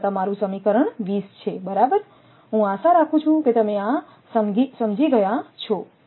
તેથી આ તમારું સમીકરણ 20 છે બરાબર હું આશા રાખું છું કે તમે આ સમજી ગયા છો